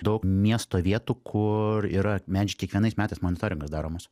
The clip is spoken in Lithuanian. daug miesto vietų kur yra medžių kiekvienais metais monitoringas daromos